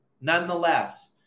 nonetheless